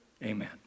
Amen